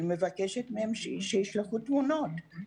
אני מבקשת מהם לשלוח לי תמונות.